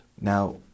Now